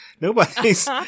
nobody's